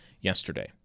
yesterday